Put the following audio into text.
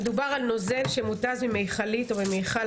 מדובר על נוזל שמותז ממיכלית או ממיכל